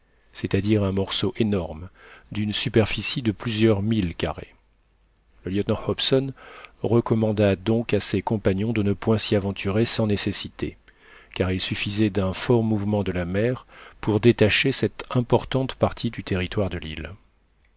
c'est-à-dire un morceau énorme d'une superficie de plusieurs milles carrés le lieutenant hobson recommanda donc à ses compagnons de ne point s'y aventurer sans nécessité car il suffisait d'un fort mouvement de la mer pour détacher cette importante partie du territoire de l'île